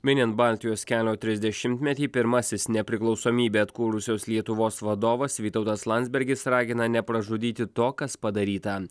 minint baltijos kelio trisdešimtmetį pirmasis nepriklausomybę atkūrusios lietuvos vadovas vytautas landsbergis ragina nepražudyti to kas padaryta